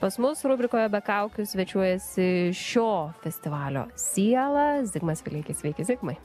pas mus rubrikoje be kaukių svečiuojasi šio festivalio siela zigmas vileikis sveiki zigmai